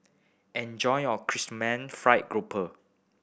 enjoy your Chrysanthemum Fried Grouper